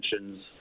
mentions